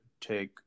take